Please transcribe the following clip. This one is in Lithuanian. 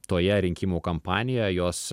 toje rinkimų kampanijoje jos